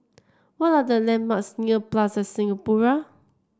what are the landmarks near Plaza Singapura